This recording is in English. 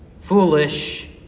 foolish